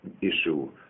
issue